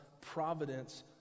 providence